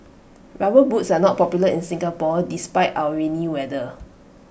rubber boots are not popular in Singapore despite our rainy weather